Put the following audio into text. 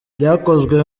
byakozwe